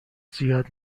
زیاد